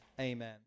amen